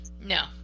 no